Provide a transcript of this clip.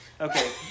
Okay